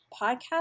podcast